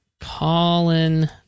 Colin